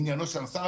עניינו של השר,